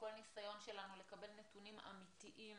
שכל ניסיון שלנו לקבל נתונים אמיתיים